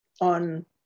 on